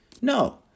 No